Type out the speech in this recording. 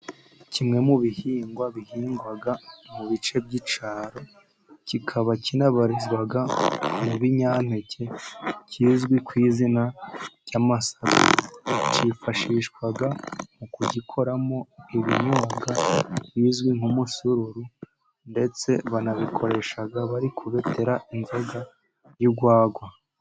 Kimwe mu bihingwa bihingwa mu bice by'icyaro, kikaba kinabarizwa mu binyampeke kizwi ku izina ry'amasaka. Cyifashishwa mu kugikoramo ibinyobwa bizwi nk'umusoruru. Ndetse banabikoresha bari kubetera inzoga y'urwagwa.